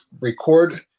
record